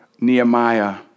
Nehemiah